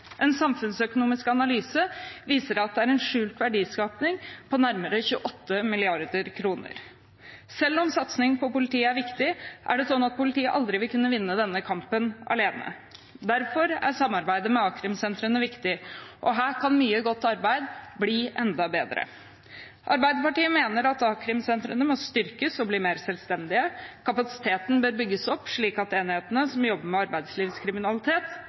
En samfunnsøkonomisk analyse viser at det er en skjult verdiskapning på nærmere 28 mrd. kr. Selv om satsing på politiet er viktig, vil politiet aldri kunne vinne denne kampen alene. Derfor er samarbeidet med a-krimsentrene viktig, og her kan mye godt arbeid bli enda bedre. Arbeiderpartiet mener at a-krimsentrene må styrkes og bli mer selvstendige. Kapasiteten bør bygges opp, slik at enhetene som jobber med arbeidslivskriminalitet,